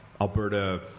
Alberta